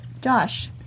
Josh